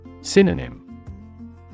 Synonym